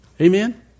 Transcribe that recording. Amen